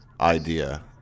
idea